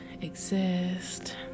exist